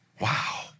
Wow